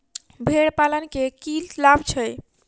भेड़ पालन केँ की लाभ छै?